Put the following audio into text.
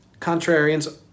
Contrarians